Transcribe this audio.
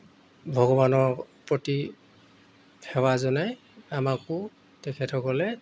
ভগৱানৰ প্ৰতি সেৱা জনাই আমাকো তেখেতসকলে